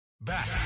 Back